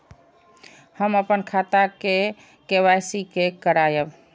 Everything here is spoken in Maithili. हम अपन खाता के के.वाई.सी के करायब?